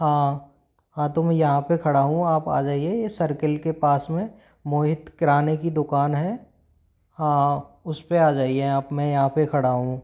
हाँ हाँ तो मैं यहाँ पे खड़ा हूँ आप आ जाइए ये सर्कल के पास में मोहित किराने की दुकान है हाँ उस पर आ जाइए आप मैं यहाँ पर खड़ा हूँ